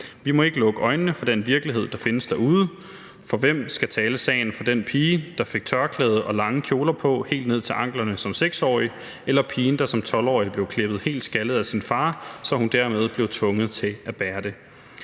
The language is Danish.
Vi må ikke lukke øjnene for den virkelighed, der findes derude, for hvem skal tale sagen for den pige, der fik tørklæde og lange kjoler på helt ned til anklerne som 6-årig, eller pigen, der som 12-årig blev klippet helt skaldet af sin far, så hun dermed blev tvunget til at bære det?